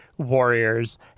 warriors